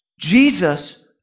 Jesus